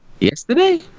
Yesterday